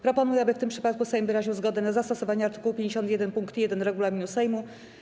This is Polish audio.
Proponuję, aby w tym przypadku Sejm wyraził zgodę na zastosowanie art. 51 pkt 1 regulaminu Sejmu.